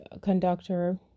conductor